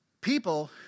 people